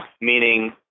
meaning